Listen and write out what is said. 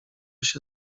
się